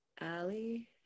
Ali